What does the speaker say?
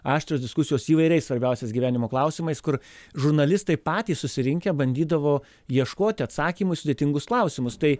aštrios diskusijos įvairiais svarbiausias gyvenimo klausimais kur žurnalistai patys susirinkę bandydavo ieškoti atsakymų į sudėtingus klausimus tai